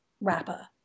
rapper